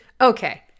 okay